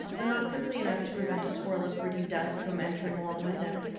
though not quickly enough to prevent a swirl of gritty dust from entering along with him.